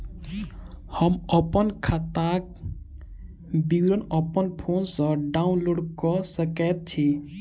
हम अप्पन खाताक विवरण अप्पन फोन पर डाउनलोड कऽ सकैत छी?